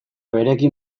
berekin